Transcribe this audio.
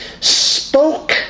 spoke